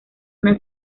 una